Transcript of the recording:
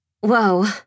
Whoa